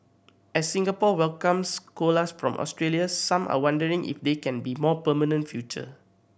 as Singapore welcomes koalas from Australia some are wondering if they can be more permanent future